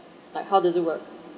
like does it work